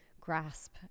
grasp